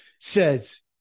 says